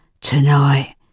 Tonight